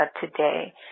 today